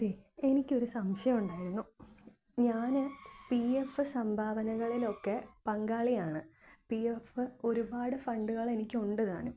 അതെ എനിക്കൊരു സംശയമുണ്ടായിരുന്നു ഞാന് പി എഫ് സംഭാവനകളിലൊക്കെ പങ്കാളിയാണ് പി എഫ് ഒരുപാട് ഫണ്ടുകളെനിക്കുണ്ട് താനും